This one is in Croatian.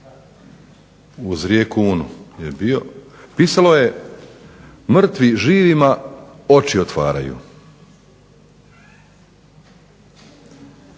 uz rijeku Unu je bio, pisalo je "mrtvi živima oči otvaraju".